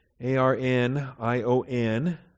A-R-N-I-O-N